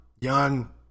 young